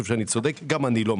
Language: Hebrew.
גם אני לא.